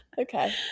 okay